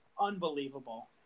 Unbelievable